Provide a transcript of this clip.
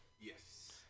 Yes